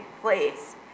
place